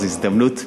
זו הזדמנות.